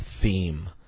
theme